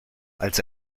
als